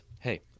Hey